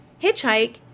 Hitchhike